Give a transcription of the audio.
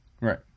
Right